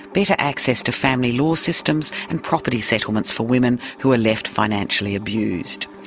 better access to family law systems, and property settlements for women who are left financially abused.